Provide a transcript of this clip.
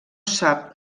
sap